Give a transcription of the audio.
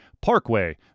Parkway